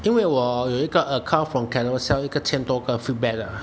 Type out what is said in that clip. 因为我有一个 account from Carousell 一个千多个 feedback lah